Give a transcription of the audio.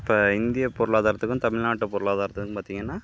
இப்போ இந்திய பொருளாதாரத்துக்கும் தமிழ்நாட்டு பொருளாதாரத்துக்கும் பார்த்திங்கன்னா